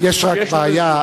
יש רק בעיה,